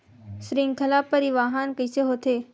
श्रृंखला परिवाहन कइसे होथे?